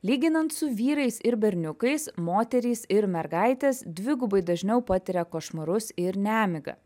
lyginant su vyrais ir berniukais moterys ir mergaitės dvigubai dažniau patiria košmarus ir nemigą